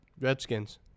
Redskins